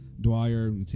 Dwyer